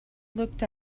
looked